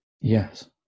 Yes